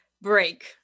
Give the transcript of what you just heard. break